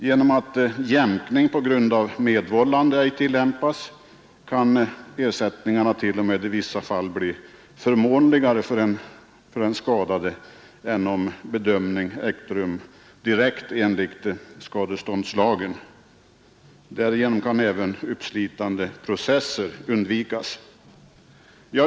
Genom att jämkning på grund av medvållande ej tillämpas kan ersättningarna t.o.m. i vissa fall bli förmånligare för den skadade än om bedömningarna ägt rum direkt enligt skadeståndslagen. Därjämte kan även uppslitande processer undvikas.